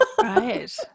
Right